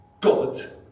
God